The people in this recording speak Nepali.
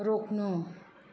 रोक्नु